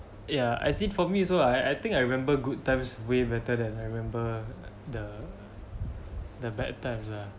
ya as it for me also I I think I remember good times way better than than I remember the the bad times ah